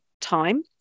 time